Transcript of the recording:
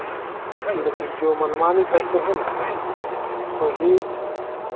लेकिन जो मनमानी करते हैं ना वही